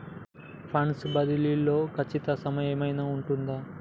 Funds బదిలీ లో ఖచ్చిత సమయం ఏమైనా ఉంటుందా?